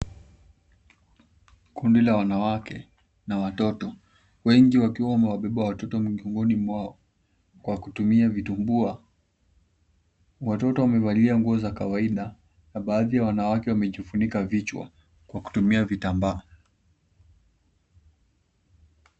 Kundi la wanawake na watoto wengi wakiwa wamewabeba watoto migongoni mwao kwa kutumia vitumbua. Watoto wamevalia nguo za kawaida na baadhi ya wanawake wamejifunika kichwa kwa kutumia vitambaa.